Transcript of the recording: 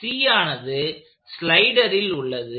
C ஆனது ஸ்லைடரில் உள்ளது